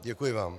Děkuji vám.